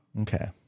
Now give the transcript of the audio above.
Okay